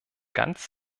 ganz